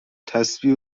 تسبیح